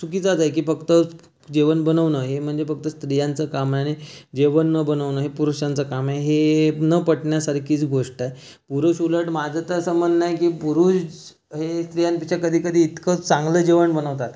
चुकीचंच आहे की फक्त जेवण बनवणं हे म्हणजे फक्त स्त्रियांचं काम आहे आणि जेवण न बनवणं हे पुरुषांचं काम आहे हे न पटण्यासारखीच गोष्ट आहे पुरुष उलट माझं तर असं म्हणणं आहे की पुरुष हे स्त्रियांपेक्षा कधीकधी इतकं चांगलं जेवण बनवतात